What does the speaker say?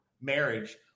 marriage